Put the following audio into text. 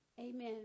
Amen